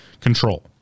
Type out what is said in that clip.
control